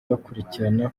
bakurikirana